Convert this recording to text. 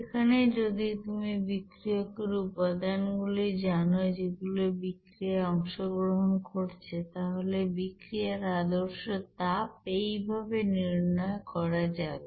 এখানে যদি তুমি বিক্রিয়কের উপাদানগুলি জানো যেগুলো বিক্রিয়ায় অংশগ্রহণ করছে তাহলে বিক্রিয়ার আদর্শ তাপএইভাবে নির্ণয় করা যাবে